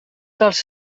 dels